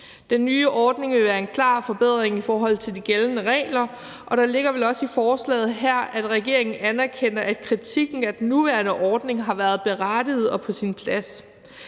Den nye ordning vil være en klar forbedring i forhold til de gældende regler, og der ligger vel også i forslaget her, at regeringen anerkender, at kritikken af den nuværende ordning har været berettiget og på sin plads.